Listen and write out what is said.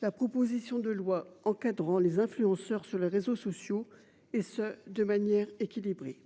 la proposition de loi encadrant les influenceurs sur les réseaux sociaux et ce de manière équilibrée.